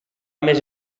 més